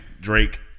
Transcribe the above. Drake